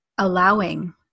allowing